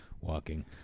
walking